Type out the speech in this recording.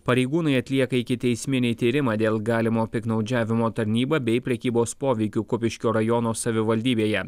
pareigūnai atlieka ikiteisminį tyrimą dėl galimo piktnaudžiavimo tarnyba bei prekybos poveikiu kupiškio rajono savivaldybėje